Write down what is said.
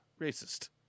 Racist